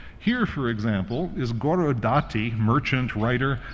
here, for example, is goro dati, merchant, writer,